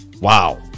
Wow